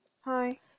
Hi